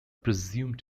presumed